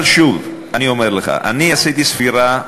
אבל שוב, אני אומר לך, אני עשיתי ספירה,